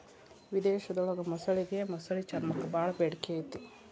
ವಿಧೇಶದೊಳಗ ಮೊಸಳಿಗೆ ಮೊಸಳಿ ಚರ್ಮಕ್ಕ ಬಾಳ ಬೇಡಿಕೆ ಐತಿ